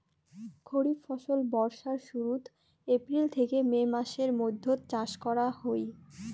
খরিফ ফসল বর্ষার শুরুত, এপ্রিল থেকে মে মাসের মৈধ্যত চাষ করা হই